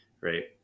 Right